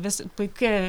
vis puiki